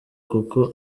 kuko